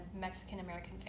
Mexican-American